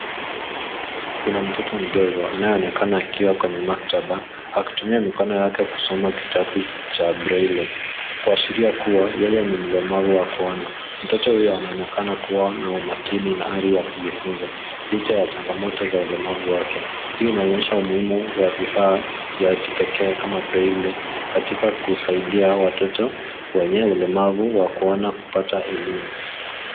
Kuna mtoto mdogo anayeonekana akiwa kwenye maktaba akitumia mikono yake kusoma kitabu cha breli kuashiria kuwa yeye ni mlemavu wa kuona. Mtoto huyu anaonekana kuwa na umakini na hali ya kujifunza licha ya changamoto za umelamavu wake. Hii inaoneysha umuhimu wa vifaa vya kipekee kama breli katika kusaidia watoto wenye ulemavu wa kuona kupata elimu.